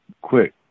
quick